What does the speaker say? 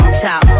top